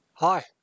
Hi